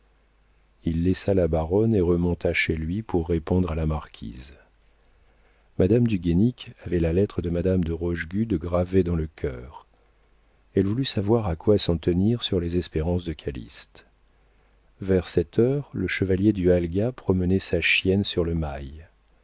il laissa la baronne et remonta chez lui pour répondre à la marquise madame du guénic avait la lettre de madame de rochegude gravée dans le cœur elle voulut savoir à quoi s'en tenir sur les espérances de calyste vers cette heure le chevalier du halga promenait sa chienne sur le mail